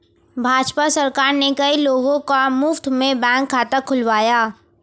भाजपा सरकार ने कई लोगों का मुफ्त में बैंक खाता खुलवाया